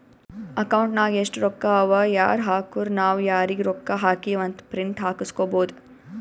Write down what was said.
account ನಾಗ್ ಎಸ್ಟ್ ರೊಕ್ಕಾ ಅವಾ ಯಾರ್ ಹಾಕುರು ನಾವ್ ಯಾರಿಗ ರೊಕ್ಕಾ ಹಾಕಿವಿ ಅಂತ್ ಪ್ರಿಂಟ್ ಹಾಕುಸ್ಕೊಬೋದ